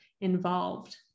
involved